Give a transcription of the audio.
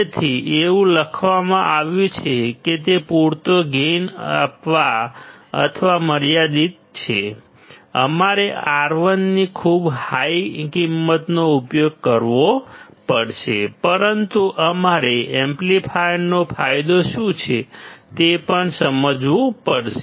તેથી એવું લખવામાં આવ્યું છે કે તે પૂરતો ગેઇન આપવા માટે મર્યાદિત છે અમારે R1 ની ખૂબ હાઈ કિંમતનો ઉપયોગ કરવો પડશે પરંતુ અમારે એમ્પ્લીફાયરનો ફાયદો શું છે તે પણ સમજવું પડશે